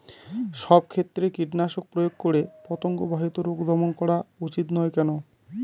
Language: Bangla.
সব ক্ষেত্রে কীটনাশক প্রয়োগ করে পতঙ্গ বাহিত রোগ দমন করা উচিৎ নয় কেন?